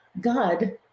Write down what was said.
God